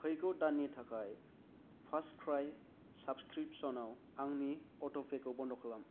फैगौ दाननि थाखाय फार्स्टक्राइ साब्सक्रिपस'नाव आंनि अट'पेखौ बन्द' खालाम